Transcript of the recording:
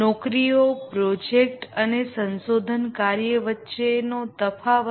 job project અને exploration કાર્ય વચ્ચેનો તફાવત